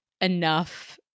enough